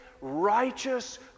righteous